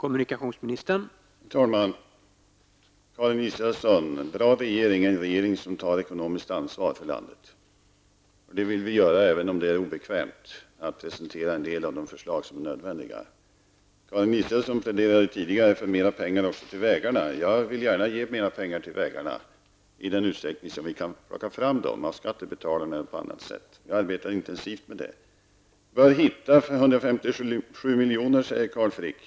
Herr talman! Till Karin Israelsson: En bra regering är en regering som tar ekonomiskt ansvar för landet. Det vill vi göra, även om det är obekvämt att presentera en del av de förslag som är nödvändiga. Karin Israelsson pläderade tidigare för mer pengar också till vägarna. Jag ger gärna mer pengar till vägarna i den utsträckning som vi kan plocka fram dem av skattebetalarna och på annat sätt. Vi arbetar intensivt med det. Vi bör hitta 157 miljoner, säger Carl Frick.